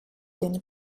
den